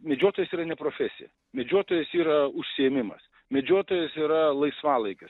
medžiotojas yra ne profesija medžiotojas yra užsiėmimas medžiotojas yra laisvalaikis